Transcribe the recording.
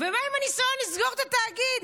ומה עם הניסיון לסגור את התאגיד?